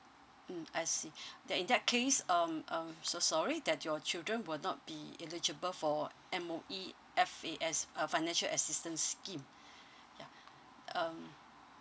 mm I see then in that case um I'm so sorry that your children will not be eligible for M_O_E F_A_S uh financial assistance scheme ya um